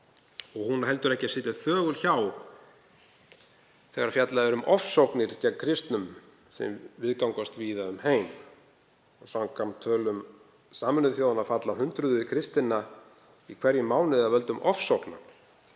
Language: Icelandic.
Hún á heldur ekki að sitja þögul hjá þegar fjallað er um ofsóknir gegn kristnum sem viðgangast víða um heim. Samkvæmt tölum Sameinuðu þjóðanna falla hundruð kristinna í hverjum mánuði af völdum ofsókna.